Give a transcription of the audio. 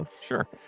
sure